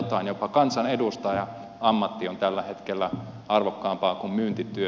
jopa kansanedustajan ammatti on tällä hetkellä arvokkaampaa kuin myyntityö